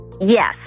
Yes